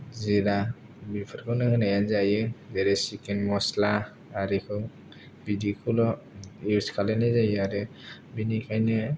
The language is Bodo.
जिरा बेफोरखौनो होनायानो जायो जेरै सिकेन मसला आरिखौ बिदिखौल' इउज खालायनाय जायो आरो बिनिखायनो